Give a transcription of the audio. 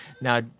now